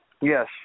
Yes